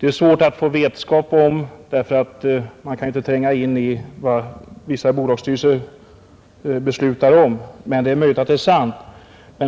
Det är svårt att få vetskap om detta, därför att man kan ju inte tränga in i vad vissa bolagsstyrelser beslutar om, men det är möjligt att det är sant.